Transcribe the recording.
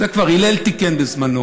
את זה כבר הלל תיקן בזמנו.